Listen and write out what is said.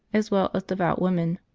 as well as devout woman.